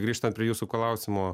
grįžtant prie jūsų klausimo